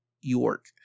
York